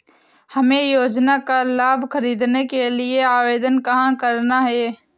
हमें योजना का लाभ ख़रीदने के लिए आवेदन कहाँ करना है?